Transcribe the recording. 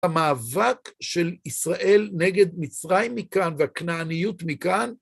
המאבק של ישראל נגד מצרים מכאן, והכנעניות מכאן,